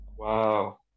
Wow